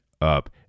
up